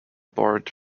board